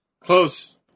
Close